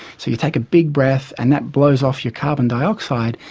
so you take a big breath, and that blows off your carbon dioxide,